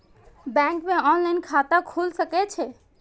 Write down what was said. Bank में online खाता खुल सके छे?